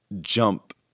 jump